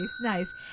nice